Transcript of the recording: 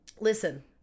Listen